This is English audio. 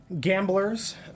Gamblers